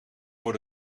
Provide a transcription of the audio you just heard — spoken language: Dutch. voor